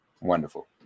Wonderful